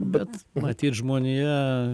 bet matyt žmonija